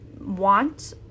want